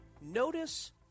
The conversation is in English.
Notice